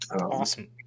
awesome